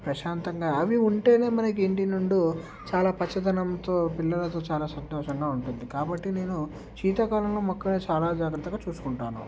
ప్రశాంతంగా అవి ఉంటేనే మనకి ఇంటి నిండా చాలా పచ్చదనంతో పిల్లలతో చాలా సంతోషంగా ఉంటుంది కాబట్టి నేను శీతాకాలంలో మొక్కల్ని చాలా జాగ్రత్తగా చూసుకుంటాను